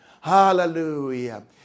Hallelujah